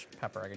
pepper